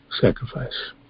Sacrifice